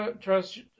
trust